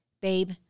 babe